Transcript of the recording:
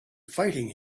fighting